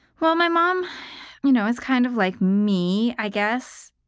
well, my mom you know is kind of like me, i guess.